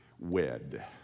wed